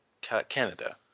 Canada